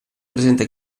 presenta